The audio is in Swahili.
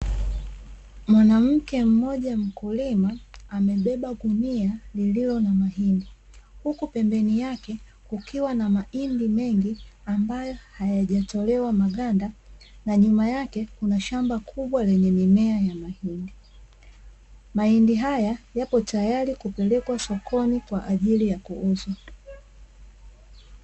Mwanamke mmoja mkulima amebeba gunia lililo na mahindi, huku pembeni yake kukiwa na mahindi mengi ambayo hayajatolewa maganda, na nyuma yake kuna shamba kubwa lenye mimea hiyo ya mahindi. Mahindi haya yapo tayari kupelekwa sokoni kwa ajili ya kuuzwa.